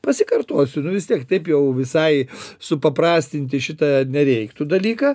pasikartosiu nu vis tiek taip jau visai supaprastinti šitą nereiktų dalyką